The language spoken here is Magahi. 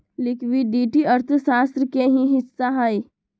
लिक्विडिटी अर्थशास्त्र के ही हिस्सा हई